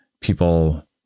people